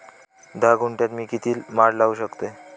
धा गुंठयात मी किती माड लावू शकतय?